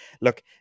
Look